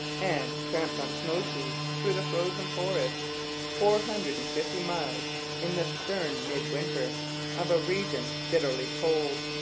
and tramped on snow-shoes through the frozen forest four hundred and fifty miles in the stern midwinter of a region bitterly cold.